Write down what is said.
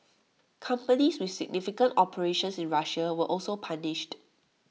companies with significant operations in Russia were also punished